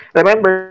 remember